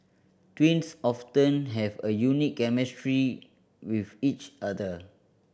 twins often have a unique chemistry with each other